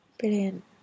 Brilliant